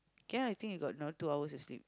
can ah I think you got another two hours of sleep